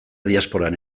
diasporan